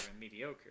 mediocre